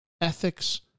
ethics